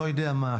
אני לא יודע מה,